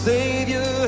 Savior